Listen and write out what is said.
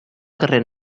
carrer